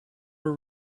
were